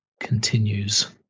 continues